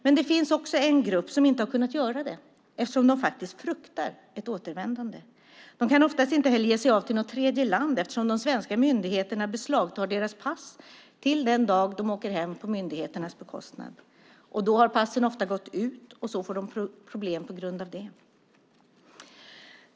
Men det finns en grupp som inte har kunnat göra det eftersom de faktiskt fruktar ett återvändande. De kan oftast inte heller ge sig av till något tredjeland eftersom de svenska myndigheterna beslagtar deras pass till den dag de åker hem på myndigheternas bekostnad. Då har passen ofta gått ut, och de får problem på grund av det.